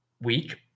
week